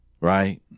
right